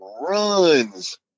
runs